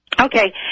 Okay